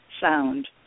sound